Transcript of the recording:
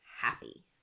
happy